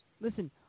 Listen